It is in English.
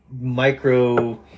micro